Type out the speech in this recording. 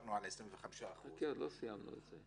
התפשרנו על 25% --- חכה, עוד לא סיימנו את זה.